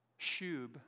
shub